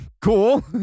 cool